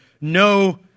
no